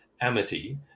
amity